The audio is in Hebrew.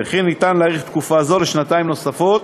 וכי אפשר להאריך תקופה זו בשנתיים נוספות,